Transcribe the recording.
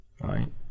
right